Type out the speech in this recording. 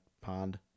pond